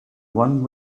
one